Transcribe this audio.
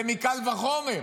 זה מקל וחומר.